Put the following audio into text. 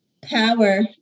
power